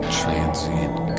transient